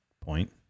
point